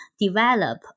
develop